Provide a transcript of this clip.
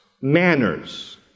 manners